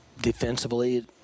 Defensively